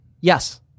Yes